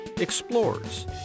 explorers